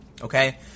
okay